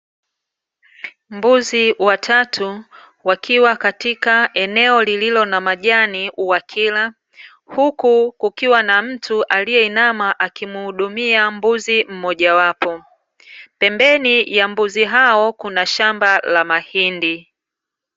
Mbuzi watatu, wakiwa katika eneo lililo na majani wakila, huku kukiwa na mtu aliyeinama akimhudumia mbuzi mmoja wapo, pembeni ya mbuzi hao kuna shamba la mahindi.